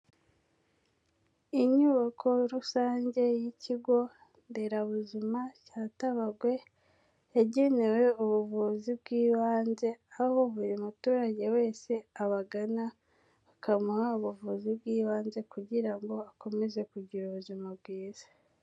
Inyubako rusange y'ikigo nderabuzima cya Tabagwe yagenewe ubuvuzi bw'ibanze, aho buri muturage wese abagana bakamuha ubuvuzi bw'ibanze kugira ngo akomeze kugira ubuzima bwiza.